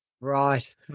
right